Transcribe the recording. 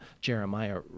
Jeremiah